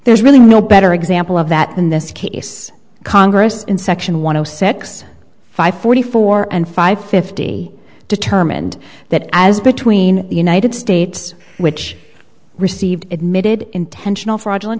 there's really no better example of that in this case congress in section one hundred six five forty four and five fifty determined that as between the united states which received admitted intentional fraudulent